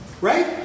Right